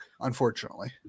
unfortunately